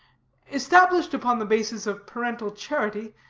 established upon the basis of parental charity,